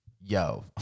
yo